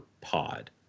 pod